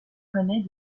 connaît